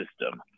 system